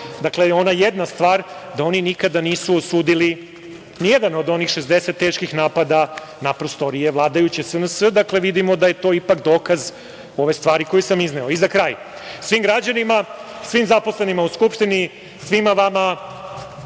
naveo, ona jedna stvar, da oni nikada nisu osudili ni jedan od onih 60 teških napada na prostorije SNS. Dakle, vidimo da je to ipak dokaz ove stvari koje sam izneo.Za kraj, svim građanima, svim zaposlenima u Skupštini, svima vama,